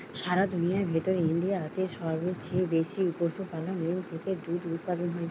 সারা দুনিয়ার ভেতর ইন্ডিয়াতে সবচে বেশি পশুপালনের থেকে দুধ উপাদান হয়